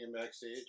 backstage